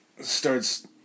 starts